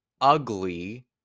ugly